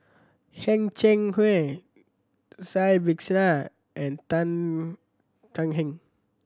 Heng Cheng Kui Cai Bixia and Tan Tan Heng